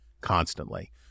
constantly